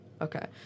Okay